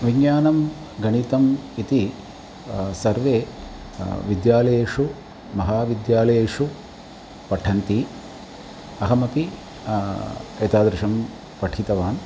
विज्ञानं गणितम् इति सर्वे विद्यालयेषु महाविद्यालयेषु पठन्ति अहमपि एतादृशं पठितवान्